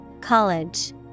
College